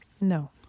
No